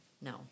no